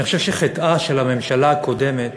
אני חושב שחטאה של הממשלה הקודמת